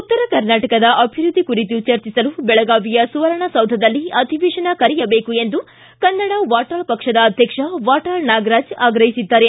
ಉತ್ತರ ಕರ್ನಾಟಕದ ಅಭಿವೃದ್ಧಿ ಕುರಿತು ಚರ್ಚಿಸಲು ಬೆಳಗಾವಿಯ ಸುವರ್ಣ ಸೌಧದಲ್ಲಿ ಅಧಿವೇಶನ ಕರೆಯಬೇಕು ಎಂದು ಕನ್ನಡ ವಾಟಾಳ್ ಪಕ್ಷದ ಅಧ್ಯಕ್ಷ ವಾಟಾಳ್ ನಾಗರಾಜ್ ಆಗ್ರಹಿಸಿದ್ದಾರೆ